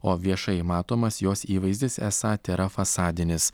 o viešai matomas jos įvaizdis esą tėra fasadinis